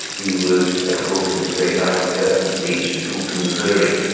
he was, of course, in his great iron curtain speech in fulton, missouri,